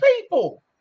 people